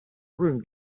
room